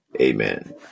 Amen